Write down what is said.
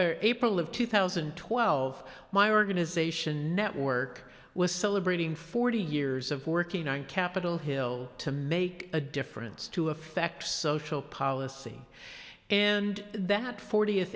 no april of two thousand and twelve my organization network was celebrating forty years of working on capitol hill to make a difference to effect social policy and that fortieth